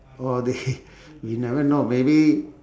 or they we never know maybe